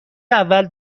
اول